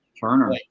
Turner